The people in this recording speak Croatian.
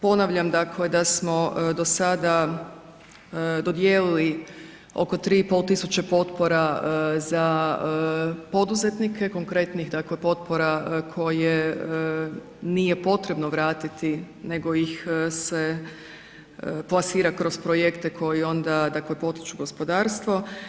Ponavljam dakle da smo sada dodijelili oko 3500 potpora za poduzetnike, konkretnih dakle potpora koje nije potrebno vratiti nego ih se plasira kroz projekte koji onda potiču gospodarstvo.